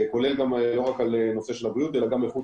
לא רק על נושא של הבריאות אלא גם איכות